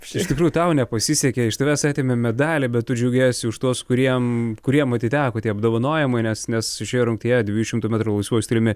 iš tikrųjų tau nepasisekė iš tavęs atėmė medalį bet tu džiaugiesi už tuos kuriem kuriem atiteko tie apdovanojimai nes nes šioje rungtyje dviejų šimtų metrų laisvuoju stiliumi